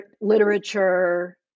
literature